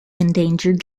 endangered